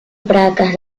placas